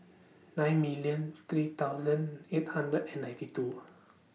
nine million three thousand eight hundred and ninety two